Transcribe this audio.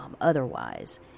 otherwise